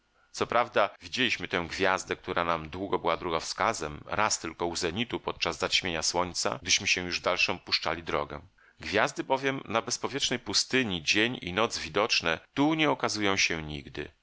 co prawda widzieliśmy tę gwiazdę która nam długo była drogowskazem raz tylko u zenitu podczas zaćmienia słońca gdyśmy się już w dalszą puszczali drogę gwiazdy bowiem na bezpowietrznej pustyni dzień i noc widoczne tu nie okazują się nigdy